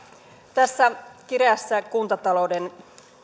tässä kireässä kuntatalouden